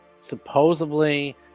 supposedly